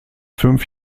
fünf